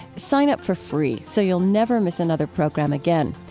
sign up for free so you'll never miss another program again.